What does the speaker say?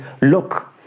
Look